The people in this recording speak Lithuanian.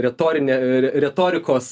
retorinė retorikos